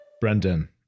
Brendan